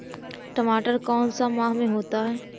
टमाटर कौन सा माह में होता है?